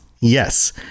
Yes